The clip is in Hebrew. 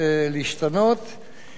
אני רוצה להעיר פה הערת אגב,